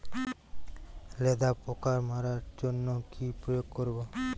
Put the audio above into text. লেদা পোকা মারার জন্য কি প্রয়োগ করব?